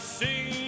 sing